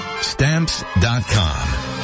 Stamps.com